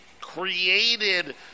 created